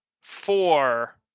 four